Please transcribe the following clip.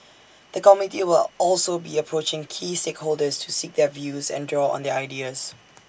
the committee will also be approaching key stakeholders to seek their views and draw on their ideas